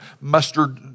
mustard